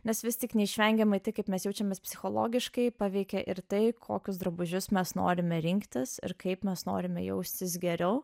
nes vis tik neišvengiamai tai kaip mes jaučiamės psichologiškai paveikia ir tai kokius drabužius mes norime rinktis ir kaip mes norime jaustis geriau